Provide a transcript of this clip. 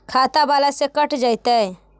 खाता बाला से कट जयतैय?